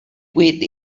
with